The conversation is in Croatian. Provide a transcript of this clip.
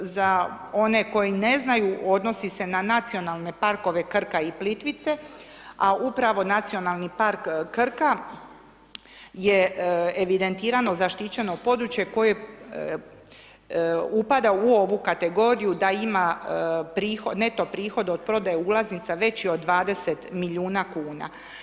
Za one koji ne znaju odnosi se na Nacionalne parkove Krka i Plitvice, a upravo Nacionalni park Krka je evidentirano zaštićeno područje koje upada u ovu kategoriju da ima prihod, neto prihod od prodaje ulaznica veći od 20 milijuna kuna.